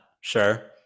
Sure